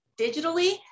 digitally